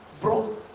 bro